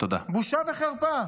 בושה וחרפה.